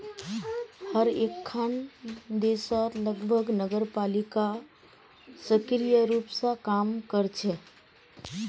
हर एकखन देशत लगभग नगरपालिका सक्रिय रूप स काम कर छेक